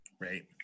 Right